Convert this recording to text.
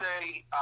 say